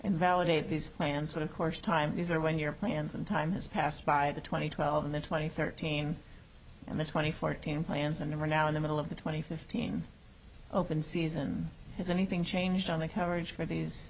invalidate these plans but of course time these are when your plans and time has passed by the twenty twelve and the twenty thirteen and the twenty fourteen plans and are now in the middle of the twenty fifteen open season has anything changed on the coverage for these